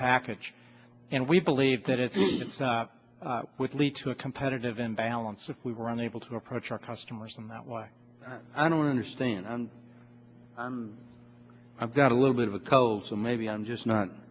package and we believe that it's with lead to a competitive in balance if we were unable to approach our customers in that way i don't understand and i've got a little bit of a cold so maybe i'm just not